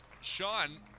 Sean